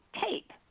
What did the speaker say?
tape